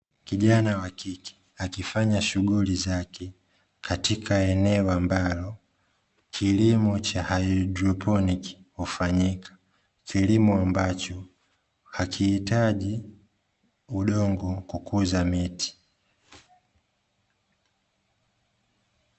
Kijana wa kike akifanya shughuli zake, katika eneo ambalo kilimo cha "haidroponic", hufanyika, kilimo ambacho hakihitaji udongo kukuza miti.